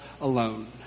alone